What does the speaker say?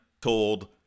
told